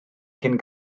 cyn